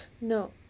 No